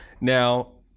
now